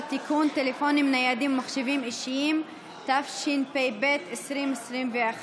טלפונים ניידים ומחשבים אישיים), התשפ"ב 2021: